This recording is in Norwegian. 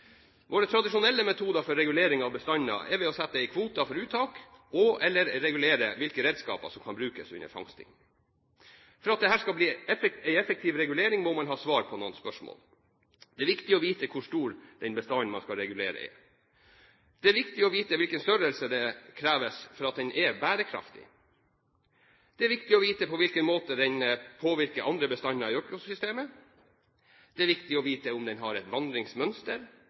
Våre tradisjonelle metoder for regulering av bestander er å sette en kvote for uttak og/eller å regulere hvilke redskaper som kan brukes under fangsting. For at dette skal bli en effektiv regulering må man ha svar på noen spørsmål. Det er viktig å vite hvor stor bestanden er som man skal regulere i. Det er viktig å vite hvilken størrelse som kreves for at den er bærekraftig. Det er viktig å vite på hvilken måte den påvirker andre bestander i økosystemet. Det er viktig å vite om den har et vandringsmønster.